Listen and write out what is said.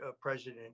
President